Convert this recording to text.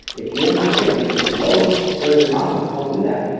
if you're not getting them, it's cause you closed during remodeling. don't do that.